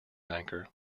anchor